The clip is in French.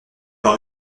pas